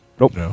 Nope